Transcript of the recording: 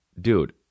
dude